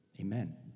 Amen